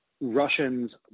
Russians